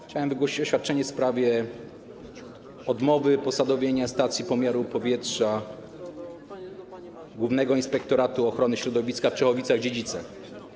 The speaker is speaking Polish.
Chciałem wygłosić oświadczenie w sprawie odmowy posadowienia stacji pomiaru jakości powietrza Głównego Inspektoratu Ochrony Środowiska w Czechowicach-Dziedzicach.